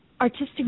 artistic